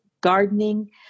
gardening